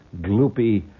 gloopy